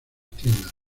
tiendas